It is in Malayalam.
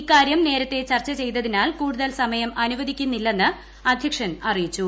ഇക്കാര്യം നേരത്തെ ചർച്ചചെയ്തതിനാൽ കൂടുതൽ സമയം അനുവദിക്കുന്നില്ലെന്ന് അധ്യക്ഷൻ അറിയിച്ചു